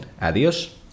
Adios